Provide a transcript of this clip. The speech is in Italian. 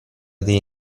dei